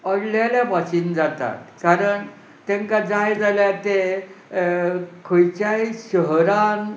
अडलेले भशेन जातात कारण तांकां जाय जाल्यार ते खंयच्याय शहरान